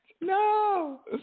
No